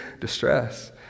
distress